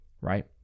right